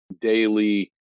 daily